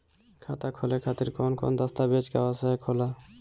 खाता खोले खातिर कौन कौन दस्तावेज के आवश्यक होला?